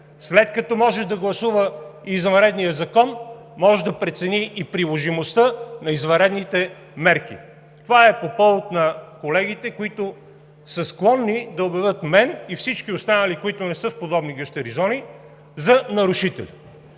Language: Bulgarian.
След като може да гласува извънредния Закон, може да прецени и приложимостта на извънредните мерки. Това е по повод на колегите, които са склонни да обявят мен и всички останали, които не са в подобни гащеризони, за нарушители.